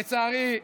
לצערי,